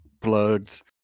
plugs